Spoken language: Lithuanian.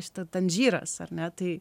šita tanžyras ar ne tai